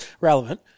relevant